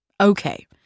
Okay